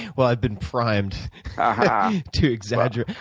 well, i've been primed to exaggerate.